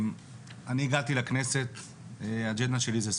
אני הגעתי לכנסת והאג'נדה שלי זה ספורט.